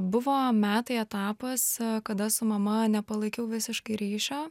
buvo metai etapas kada su mama nepalaikiau visiškai ryšio